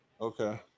Okay